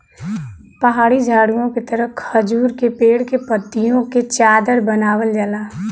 पहाड़ी झाड़ीओ के तरह खजूर के पेड़ के पत्तियों से चादर बनावल जाला